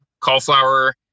cauliflower